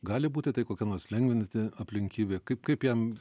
gali būti tai kokia nors lengvinanti aplinkybė kaip kaip jam